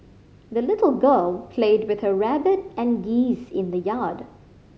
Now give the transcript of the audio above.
the little girl played with her rabbit and geese in the yard